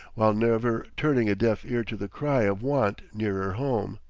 while never turning a deaf ear to the cry of want nearer home.